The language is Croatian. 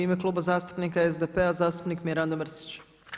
U ime Kluba zastupnika SDP-a, zastupnik Mirando Mrsić.